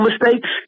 mistakes